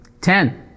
Ten